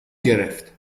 گرفت